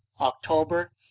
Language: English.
October